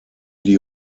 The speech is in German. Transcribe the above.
die